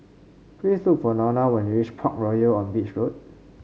please look for Lorna when you reach Parkroyal on Beach Road